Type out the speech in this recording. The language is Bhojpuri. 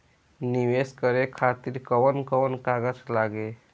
नीवेश करे खातिर कवन कवन कागज लागि?